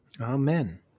Amen